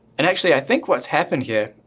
and actually i think what's happened here,